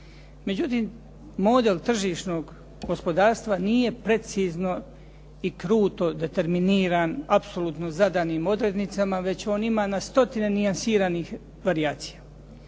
Međutim, model tržišnog gospodarstava nije precizno i kruto determiniran apsolutno zadanim odrednicama već on ima na stotine nijansiranih varijacija.